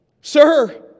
sir